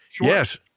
Yes